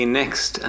next